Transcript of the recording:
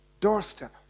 doorstep